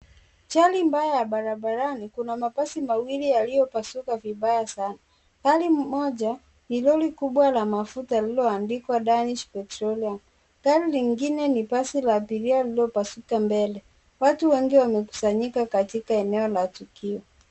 Ajali mbaya ya barabarani, kuna mabasi mawili yaliyopasuka vibaya sana. Gari moja ni lori kubwa la mafuta lililoandikwa Danish Petroleum, gari lingine ni basi la abiria lililopasuka mbele. Watu wengi wamekusanyika katika eneo la tukio.